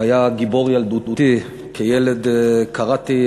הוא היה גיבור ילדותי, כילד קראתי